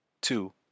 Two